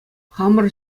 хамӑр